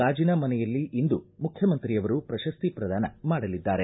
ಗಾಜಿನ ಮನೆಯಲ್ಲಿ ಇಂದು ಮುಖ್ಯಮಂತ್ರಿಯವರು ಪ್ರಶಸ್ತಿ ಪ್ರದಾನ ಮಾಡಲಿದ್ದಾರೆ